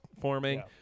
forming